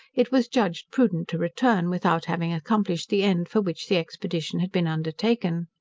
it was judged prudent to return, without having accomplished the end for which the expedition had been undertaken.